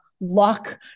luck